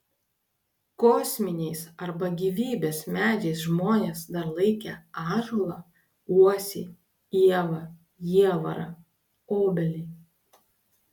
kosminiais arba gyvybės medžiais žmonės dar laikę ąžuolą uosį ievą jievarą obelį